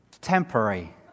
temporary